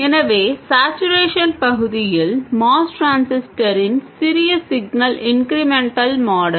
எனவே சேட்சுரேஷன் பகுதியில் MOS டிரான்சிஸ்டரின் சிறிய சிக்னல் இன்க்ரிமென்டல் மாடல்